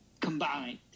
combined